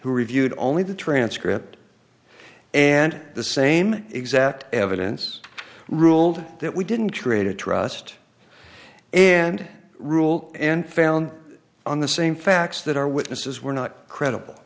reviewed only the transcript and the same exact evidence ruled that we didn't create a trust and rule and found on the same facts that our witnesses were not credible